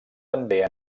també